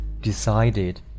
decided